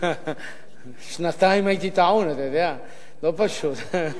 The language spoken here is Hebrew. שנתיים הייתי טעון, לא פשוט.